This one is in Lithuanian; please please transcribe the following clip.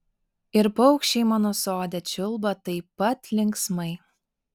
ir paukščiai mano sode čiulba taip pat linksmai